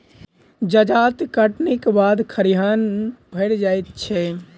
जजाति कटनीक बाद खरिहान भरि जाइत छै